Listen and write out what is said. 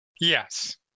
Yes